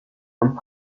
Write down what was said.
und